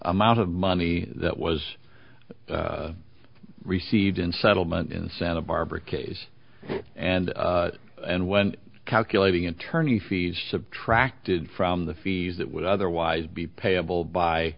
amount of money that was received in settlement in santa barbara case and and when calculating attorney fees subtracted from the fees that would otherwise be payable by